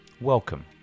Welcome